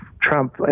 Trump